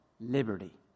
liberty